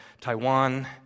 Taiwan